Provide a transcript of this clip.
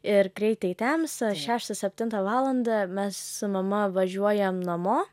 ir greitai temsta šeštą septintą valandą mes su mama važiuojam namo